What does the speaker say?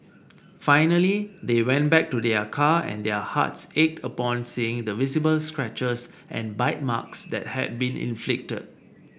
finally they went back to their car and their hearts ached upon seeing the visible scratches and bite marks that had been inflicted